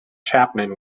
chapman